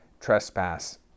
trespass